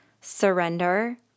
surrender